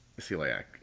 celiac